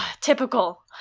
Typical